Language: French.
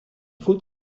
faut